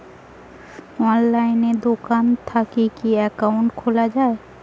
অনলাইনে দোকান থাকি কি একাউন্ট খুলা যায়?